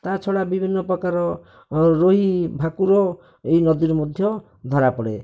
ତା' ଛଡ଼ା ବିଭିନ୍ନ ପ୍ରକାର ରୋହି ଭାକୁର ଏଇ ନଦୀରେ ମଧ୍ୟ ଧରାପଡ଼େ